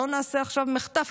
בואו נעשה עכשיו מחטף,